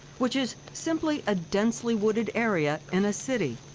which is simply a densely wooded area in a city.